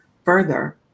further